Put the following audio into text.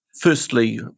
Firstly